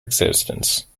existence